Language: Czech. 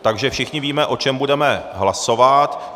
Takže všichni víme, o čem budeme hlasovat.